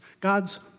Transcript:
God's